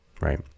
right